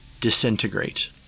disintegrate